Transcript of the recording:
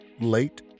late